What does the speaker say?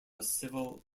civil